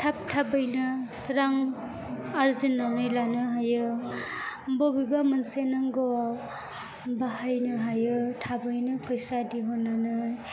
थाब थाबैनो रां आर्जिनानै लानो हायो बबेबा मोनसे नांगौआव बाहायनो हायो थाबैनो फैसा दिहुननानै